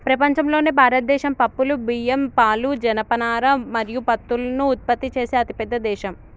ప్రపంచంలోనే భారతదేశం పప్పులు, బియ్యం, పాలు, జనపనార మరియు పత్తులను ఉత్పత్తి చేసే అతిపెద్ద దేశం